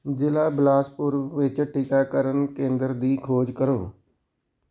ਜ਼ਿਲ੍ਹਾ ਬਿਲਾਸਪੁਰ ਵਿੱਚ ਟੀਕਾਕਰਨ ਕੇਂਦਰ ਦੀ ਖੋਜ ਕਰੋ